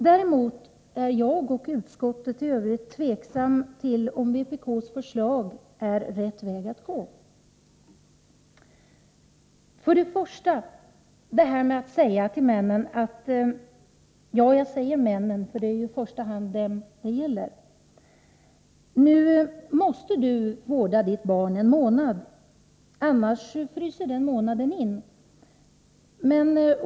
Däremot är jag och utskottet i övrigt tveksamma till om vpk:s förslag är rätt väg att gå. För det första undrar jag om man bör säga till männen — jag säger ”männen”, eftersom det i första hand är dem det gäller: Nu måste ni vårda era barn i en månad, annars fryser den månaden inne.